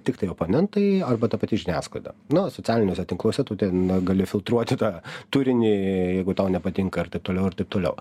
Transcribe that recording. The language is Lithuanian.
tiktai oponentai arba ta pati žiniasklaida na socialiniuose tinkluose tu ten gali filtruoti tą turinį jeigu tau nepatinka ir taip toliau ir taip toliau